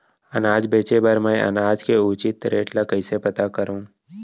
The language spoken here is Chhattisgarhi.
अनाज बेचे बर मैं अनाज के उचित रेट ल कइसे पता करो?